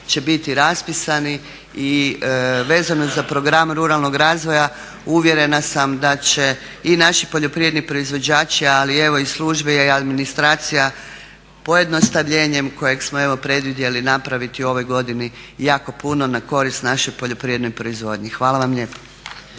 će biti raspisani. I vezano za program ruralnog razvoja uvjerena sam da će i naši poljoprivredni proizvođači ali evo i službe i administracija pojednostavljenjem kojeg smo evo predvidjeli napraviti u ovoj godini jako puno na korist našoj poljoprivrednoj proizvodnji. Hvala vam lijepo.